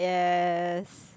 yes